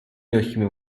легкими